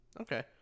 Okay